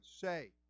say